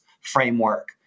Framework